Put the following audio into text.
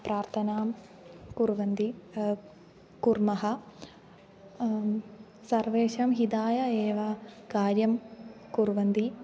प्रार्थनां कुर्वन्ति कुर्मः सर्वेषां हिताय एव कार्यं कुर्वन्ति